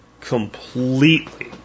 completely